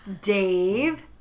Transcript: Dave